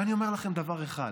ואני אומר לכם דבר אחד: